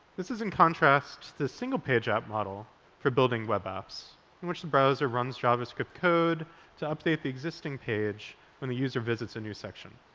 this is in contrast to the single-page app model for building web apps, in which the browser runs javascript code to update the existing page when the user visits a new section.